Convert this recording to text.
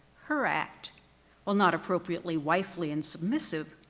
her act while not appropriately wifely and submissive,